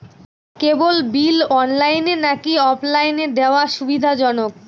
কেবল bill অনলাইনে নাকি অফলাইনে দেওয়া সুবিধাজনক?